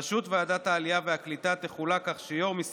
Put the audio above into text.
ראשות ועדת העלייה והקליטה תחולק כך שיושב-ראש